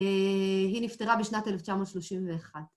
‫היא נפטרה בשנת 1931.